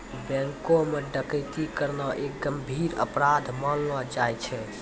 बैंको म डकैती करना एक गंभीर अपराध मानलो जाय छै